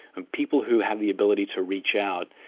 and people who have the ability to reach out,